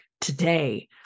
today